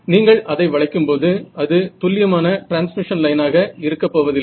நீங்கள் அதை வளைக்கும் போது அது துல்லியமான டிரான்ஸ்மிஷன் லைனாக இருக்கப்போவதில்லை